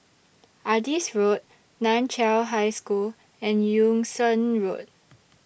Adis Road NAN Chiau High School and Yung Sheng Road